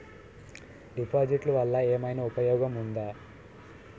డిపాజిట్లు వల్ల ఏమైనా ఉపయోగం ఉందా?